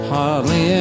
hardly